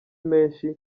menshi